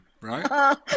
right